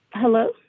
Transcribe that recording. hello